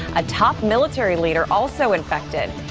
a top military leader also infected.